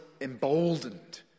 emboldened